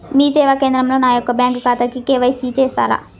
మీ సేవా కేంద్రంలో నా యొక్క బ్యాంకు ఖాతాకి కే.వై.సి చేస్తారా?